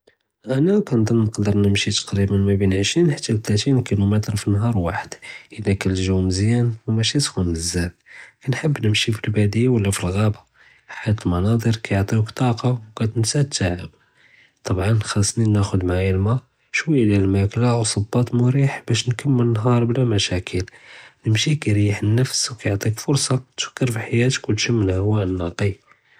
אַנָא קַנְדֻנּ נְקַדַּר נִמְשִי תְּקְרִיבָן מַבֵּין עֶשְׂרִין חַתָּא לְתְּלָאתִין קִילומִיטְר פִּי נְהָאר וָחַד, אִזָּא קָאן אֶל-גּוּ מְזְיָאן וּמַאְשִי סְחוּן בְּזַאף, קַנְחַבּ נִمְשִי פַלְבַּדִיָה לוּ פַלְעַ'אבָה חִית אֶל-מַנַاظֶר קַיַעְטִיוּכ טַאקַה וְקַתְנְסַא אֶת-תַעַב, טְבַעָא חַסְסִי נְחַדּ מְעַיַא אל-מַא וְשְׁוַיָה דְלְמַאקְלָה וּצְבַּاط מְרִיח בַּשּׁ נְכַמֵּל אֶל-נְהָאר בְּלַא מְשָאקִיל, אֶל-מְשִי קִירִיח אֶל-נַפְס וְקַיַעְטִيك פְּרְסָה תְּפַכֵּר פִי חַיַאתְכּ וְתִשְּׁמּ הַהַוַא אֶל-נַקִי.